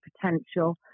potential